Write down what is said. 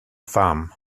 pham